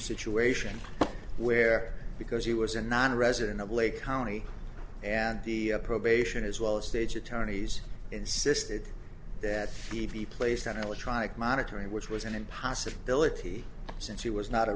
situation where because he was a nonresident of lake county and the probation as well as stage attorneys insisted that he be placed on electronic monitoring which was an possibility since he was not a